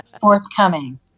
forthcoming